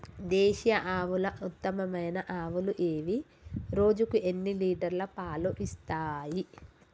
దేశీయ ఆవుల ఉత్తమమైన ఆవులు ఏవి? రోజుకు ఎన్ని లీటర్ల పాలు ఇస్తాయి?